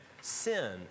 sin